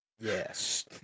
Yes